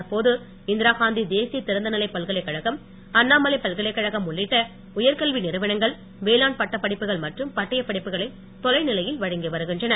தற்போது இந்திராகாந்தி தேசிய திறந்தநிலை பல்கலைக்கழகம் அண்ணாமலை பல்கலைக்கழகம் உள்ளிட்ட உயர்கல்வி நிறுவனங்கள் வோளாண் பட்டப்படிப்புகள் மற்றும் பட்டயப் படிப்புகளை தொலைநிலையில் வழங்கி வருகின்றன